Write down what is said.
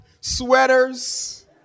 sweaters